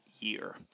year